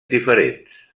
diferents